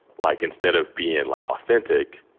like, instead of being, like, authentic,